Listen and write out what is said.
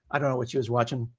i don't know what she was watching.